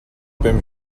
beim